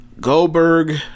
Goldberg